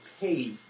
pay